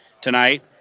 tonight